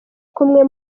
kumwe